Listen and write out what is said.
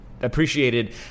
appreciated